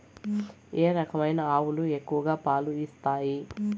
ఏ రకమైన ఆవులు ఎక్కువగా పాలు ఇస్తాయి?